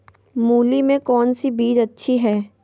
मूली में कौन सी बीज अच्छी है?